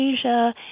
Asia